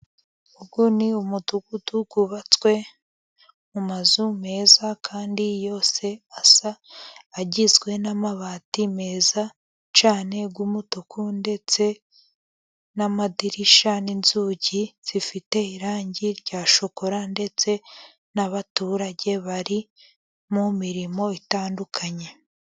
Uyu ni umudugudu wubatswe mu mazu meza, kandi yose asa, agizwe n'amabati meza cyane y'umutuku, ndetse n'amadirishya n'inzugi zifite irangi rya shokora, ndetse n'abaturage bari mu mirimo itandukanye.